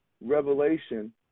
revelation